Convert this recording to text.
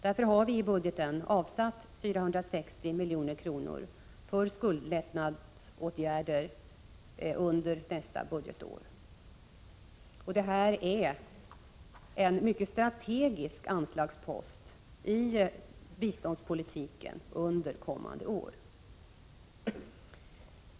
Därför har vi i budgeten avsatt 460 milj.kr. för skuldlättnadsåtgärder under nästa budgetår. Det är en mycket strategisk anslagspost i biståndspolitiken under kommande år.